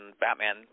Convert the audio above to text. Batman